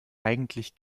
eigentlich